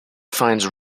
finds